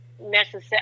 necessary